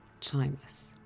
timeless